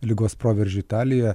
ligos proveržio italijoje